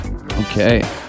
Okay